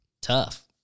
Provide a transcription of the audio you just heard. tough